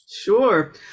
Sure